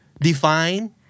define